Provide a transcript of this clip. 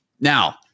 Now